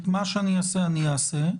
את מה שאני אעשה אני אעשה,